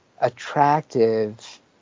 attractive